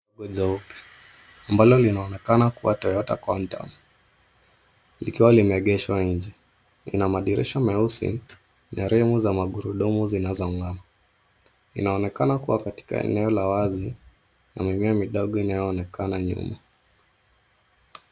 Gari jeupe ambalo linaonekana kuwa Toyota, likiwa limeegeshwa nje. Lina madirisha meusi na rimu za magurudumu zinazong'aa. Linaonekana kuwa katika eneo la wazi na mimea midogo inaonekana nyuma.